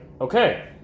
okay